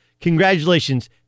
congratulations